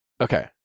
Okay